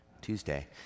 Tuesday